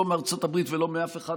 לא מארצות הברית ולא מאף אחד,